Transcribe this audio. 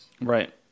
Right